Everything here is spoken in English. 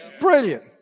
Brilliant